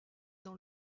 dans